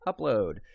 Upload